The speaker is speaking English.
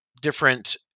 different